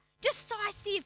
Decisive